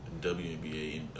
WNBA